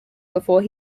before